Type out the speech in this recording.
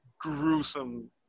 gruesome